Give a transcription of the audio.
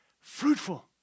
fruitful